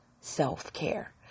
self-care